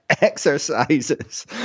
exercises